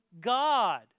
God